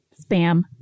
spam